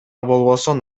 болбосун